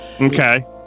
Okay